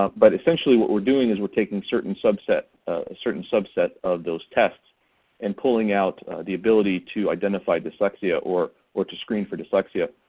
ah but essentially what we're doing is we're taking certain subsets certain subsets of those tests and pulling out the ability to identify dyslexia or or to screen for dyslexia.